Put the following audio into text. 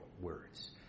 words